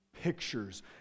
pictures